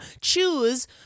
choose